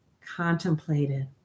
contemplated